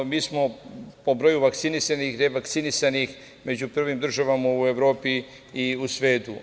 Mi smo po broju vakcinisanih i revakcinisanih među prvim državama u Evropi i u svetu.